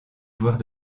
joueurs